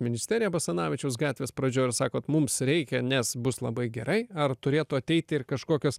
ministeriją basanavičiaus gatvės pradžioj ir sakot mums reikia nes bus labai gerai ar turėtų ateit ir kažkokios